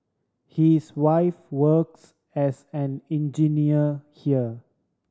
he is wife works as an engineer here